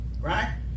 right